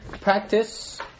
practice